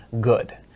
good